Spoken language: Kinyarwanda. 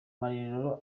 marerero